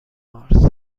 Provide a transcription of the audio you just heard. مارس